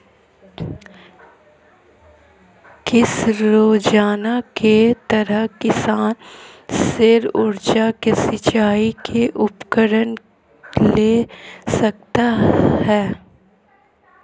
किस योजना के तहत किसान सौर ऊर्जा से सिंचाई के उपकरण ले सकता है?